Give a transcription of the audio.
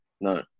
No